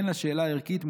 הן לשאלה הערכית,